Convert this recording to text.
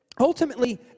ultimately